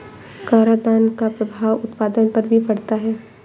करादान का प्रभाव उत्पादन पर भी पड़ता है